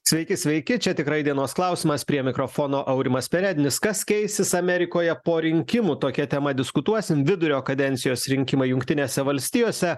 sveiki sveiki čia tikrai dienos klausimas prie mikrofono aurimas perednis kas keisis amerikoje po rinkimų tokia tema diskutuosim vidurio kadencijos rinkimai jungtinėse valstijose